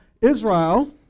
Israel